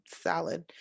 salad